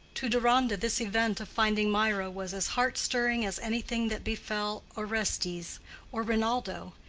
to deronda this event of finding mirah was as heart-stirring as anything that befell orestes or rinaldo.